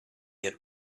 had